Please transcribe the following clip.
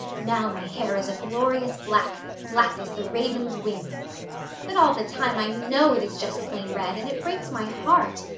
now my hair is a glorious black, black as the raven's wing but all the time i know it is just plain red and it breaks my heart.